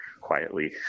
quietly